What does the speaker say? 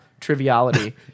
triviality